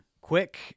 quick